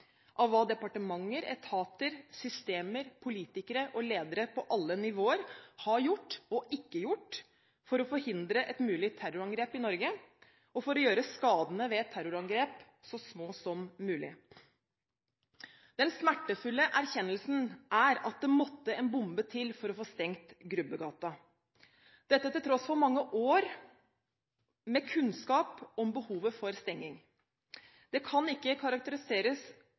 av hva departementer, etater, systemer, politikere og ledere på alle nivåer har gjort – og ikke gjort – for å forhindre et mulig terrorangrep i Norge, og for å gjøre skadene ved terrorangrep så små som mulig. Den smertefulle erkjennelsen er at det måtte en bombe til for å få stengt Grubbegata, dette til tross for mange år med kunnskap om behovet for stenging. Det kan ikke karakteriseres